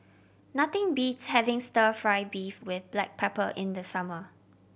nothing beats having Stir Fry beef with black pepper in the summer